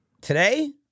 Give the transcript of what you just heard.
today